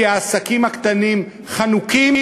כי העסקים הקטנים חנוקים,